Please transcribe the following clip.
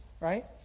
Right